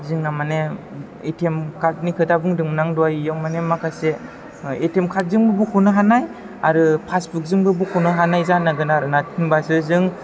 जोंना माने ATM card नि खोथा बुंदोंमोन आं दहाय बेयाव माने माखासे एटिएम कार्ड जोंबो बख'नो हानाय आरो पासबुकजोंबो बख'नो हानाय जानांगोन आरो ना होनबासो जों